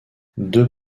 deux